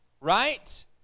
right